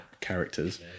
characters